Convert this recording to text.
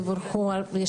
תבורכו.